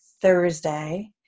Thursday